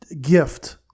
gift